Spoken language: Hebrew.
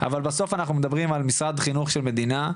אבל בסוף אנחנו מדברים על משרד חינוך של מדינה,